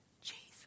Jesus